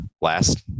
last